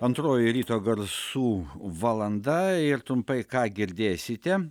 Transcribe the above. antroji ryto garsų valanda ir trumpai ką girdėsite